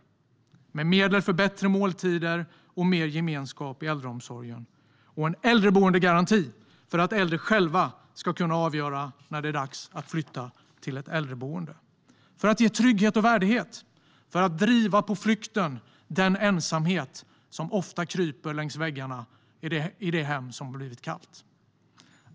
Vi möter problemen med medel för bättre måltider och mer gemenskap i äldreomsorgen och en äldreboendegaranti för att äldre själva ska kunna avgöra när det är dags att flytta till ett äldreboende. Det gör vi för att ge trygghet och värdighet och för att driva den ensamhet som ofta kryper längs väggarna i det hem som blivit kallt på flykten.